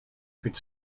could